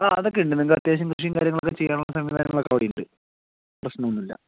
ആ അതൊക്കെ ഉണ്ട് നിങ്ങൾക്ക് അത്യാവശ്യം കൃഷിയും കാര്യങ്ങളൊക്കെ ചെയ്യാനുള്ള സംവിധാനങ്ങളൊക്കെ അവിടെ ഉണ്ട് പ്രശ്നമൊന്നുമില്ല